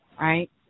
right